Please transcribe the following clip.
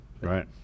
Right